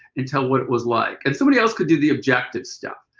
and tell what it was like. and somebody else could do the objective stuff,